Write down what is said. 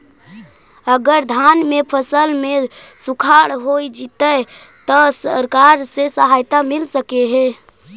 अगर धान के फ़सल में सुखाड़ होजितै त सरकार से सहायता मिल सके हे?